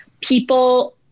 people